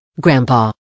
grandpa